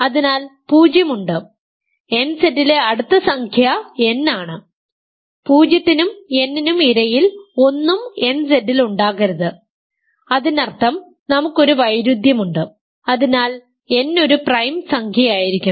അതിനാൽ 0 ഉണ്ട് nZ ലെ അടുത്ത സംഖ്യ n ആണ് 0 നും n നും ഇടയിൽ ഒന്നും nZ ൽ ഉണ്ടാകരുത് അതിനർത്ഥം നമുക്ക് ഒരു വൈരുദ്ധ്യമുണ്ട് അതിനാൽ n ഒരു പ്രൈം സംഖ്യയായിരിക്കണം